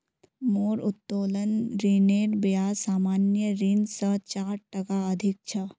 मोर उत्तोलन ऋनेर ब्याज सामान्य ऋण स चार टका अधिक छ